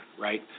right